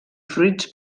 fruits